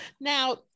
now